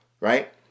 right